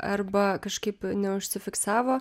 arba kažkaip neužsifiksavo